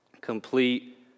complete